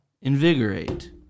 Invigorate